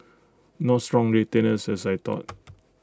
not strong retainers as I thought